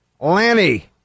lanny